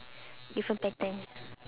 different pattern